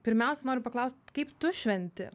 pirmiausia noriu paklaust kaip tu šventi